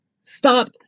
Stop